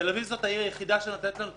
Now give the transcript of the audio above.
תל-אביב זאת העיר היחידה שנותנת לנו את